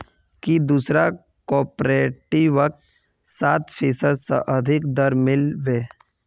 की दूसरा कॉपरेटिवत सात फीसद स अधिक दर मिल बे